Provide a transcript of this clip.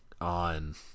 on